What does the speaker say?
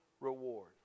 reward